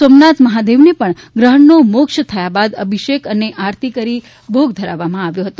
સોમનાથ મહાદેવ ને પણ ગ્રહણ નો મોક્ષ થયા બાદ અભિષેક અને આરતી કરી ભોગ ધરવામાં આવ્યો હતો